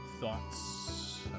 Thoughts